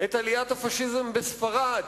את עליית הפאשיזם בספרד,